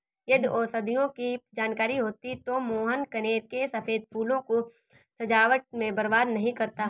यदि औषधियों की जानकारी होती तो मोहन कनेर के सफेद फूलों को सजावट में बर्बाद नहीं करता